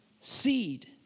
seed